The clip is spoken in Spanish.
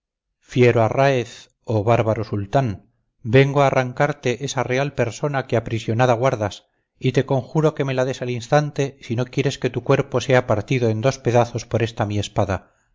fiero arráez o bárbaro sultán vengo a arrancarte esa real persona que aprisionada guardas y te conjuro que me la des al instante si no quieres que tu cuerpo sea partido en dos pedazos por esta mi espada